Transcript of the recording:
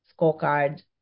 scorecard